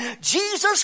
Jesus